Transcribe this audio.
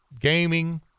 gaming